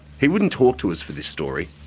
he wouldn't talk to us for this story,